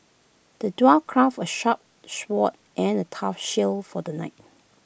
the dwarf crafted A sharp sword and A tough shield for the knight